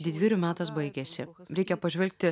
didvyrių metas baigėsi reikia pažvelgti